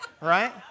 right